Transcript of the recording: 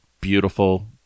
beautiful